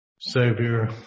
Savior